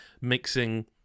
mixing